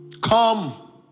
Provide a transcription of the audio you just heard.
Come